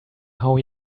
how